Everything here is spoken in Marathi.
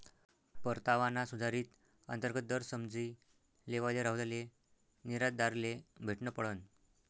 परतावाना सुधारित अंतर्गत दर समझी लेवाले राहुलले निर्यातदारले भेटनं पडनं